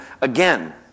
again